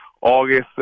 August